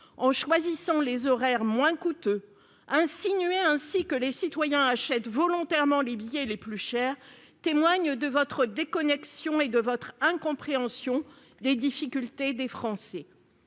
en choisissant les horaires moins coûteux. Insinuer ainsi que les citoyens achètent volontairement les billets les plus chers témoigne de votre déconnexion et de votre incompréhension des difficultés des Français